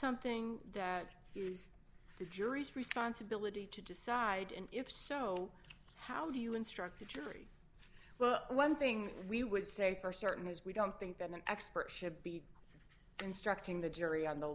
something that is the jury's responsibility to decide and if so how do you instruct the jury well one thing we would say for certain is we don't think that the expert should be instructing the jury on the